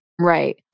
Right